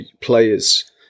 players